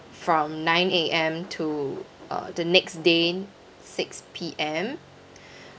from nine A_M to uh the next day six P_M